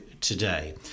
today